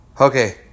Okay